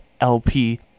LP